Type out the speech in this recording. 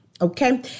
okay